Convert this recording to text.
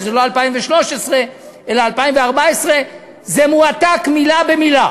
וזה לא 2013 אלא 2014. זה מועתק מילה במילה